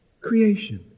Creation